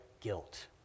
guilt